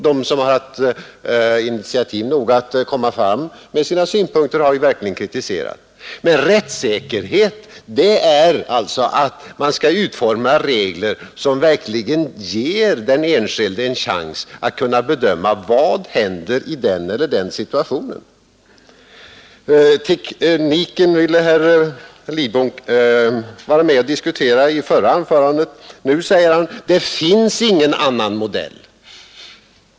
De som haft initiativkraft nog att framföra sina synpunkter har ju verkligen kritiserat reglerna. Men rättssäkerhet, det är alltså att man skall utforma regler som verkligen ger den enskilde en chans att kunna bedöma vad som händer i den eller den situationen. Tekniken ville herr Lidbom vara med och diskutera i förra anförandet. Nu säger han: Det finns ingen annan modell.